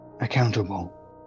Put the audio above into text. accountable